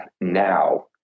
now